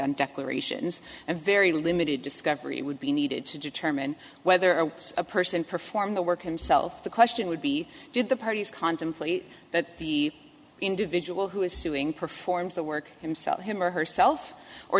and declarations a very limited discovery would be needed to determine whether a person perform the work himself the question would be did the parties contemplate that the individual who is suing performs the work himself him or herself or